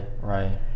Right